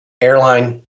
airline